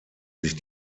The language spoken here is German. sich